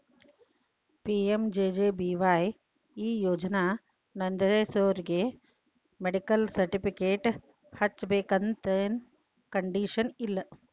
PMJJBY ಈ ಯೋಜನಾ ನೋಂದಾಸೋರಿಗಿ ಮೆಡಿಕಲ್ ಸರ್ಟಿಫಿಕೇಟ್ ಹಚ್ಚಬೇಕಂತೆನ್ ಕಂಡೇಶನ್ ಇಲ್ಲ